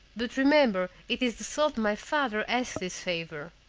but remember it is the sultan my father asks this favor.